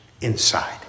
inside